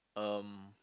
um